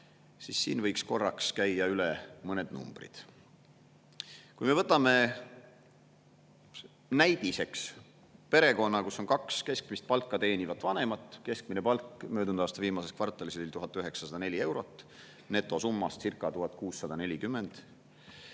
siis siin võiks korraks üle käia mõned numbrid. Võtame näidiseks perekonna, kus on kaks keskmist palka teenivat vanemat. Keskmine palk oli möödunud aasta viimases kvartalis 1904 eurot, netosummascirca1640.